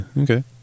Okay